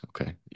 Okay